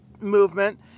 movement